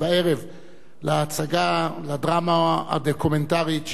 לדרמה הדוקומנטרית שכתב א.ב.